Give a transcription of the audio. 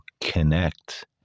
connect